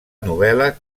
novel·la